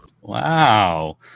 Wow